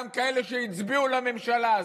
גם כאלה שהצביעו לממשלה הזאת.